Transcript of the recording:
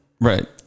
Right